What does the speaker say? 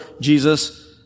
Jesus